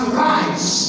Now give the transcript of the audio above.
rise